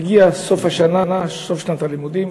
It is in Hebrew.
מגיע סוף השנה, סוף שנת הלימודים,